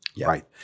Right